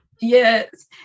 Yes